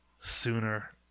Sooner